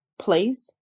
place